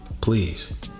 Please